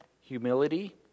humility